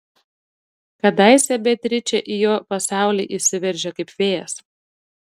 kadaise beatričė į jo pasaulį įsiveržė kaip vėjas